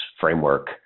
framework